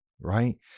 right